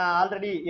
already